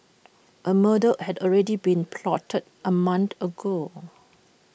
A murder had already been plotted A month ago